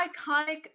iconic